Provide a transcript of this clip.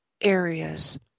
areas